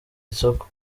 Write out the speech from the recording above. isoko